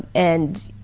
and,